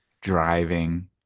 driving